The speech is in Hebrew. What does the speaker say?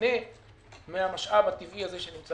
ותיהנה מהמשאב הטבעי הזה.